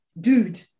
dude